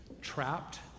trapped